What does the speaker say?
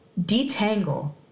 detangle